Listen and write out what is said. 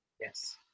Yes